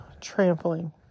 trampling